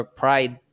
pride